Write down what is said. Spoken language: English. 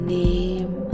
name